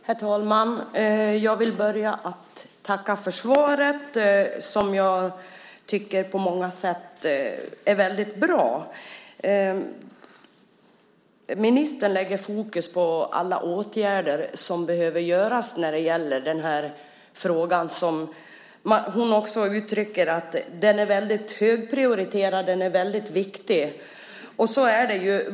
Herr talman! Jag vill börja med att tacka för svaret som jag tycker på många sätt är väldigt bra. Ministern lägger fokus på alla åtgärder som behöver vidtas när det gäller den här frågan som hon också uttrycker är högprioriterad och väldigt viktig. Så är det ju.